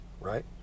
right